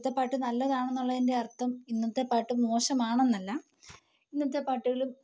പണ്ടത്തെ പാട്ട് നല്ലതാണെന്നുള്ളത്തിൻ്റെ അർഥം ഇന്നത്തെ പാട്ട് മോശമാണെന്നല്ല ഇന്നത്തെ പാട്ടുകൾ